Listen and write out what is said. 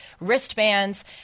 wristbands